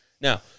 Now